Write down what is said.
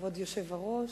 כבוד היושב-ראש,